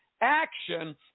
action